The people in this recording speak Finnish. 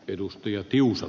arvoisa puhemies